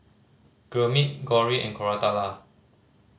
Gurmeet Gauri and Koratala